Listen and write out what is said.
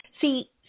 See